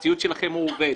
רוב הציוד שלכם מוצב ועובד.